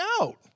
out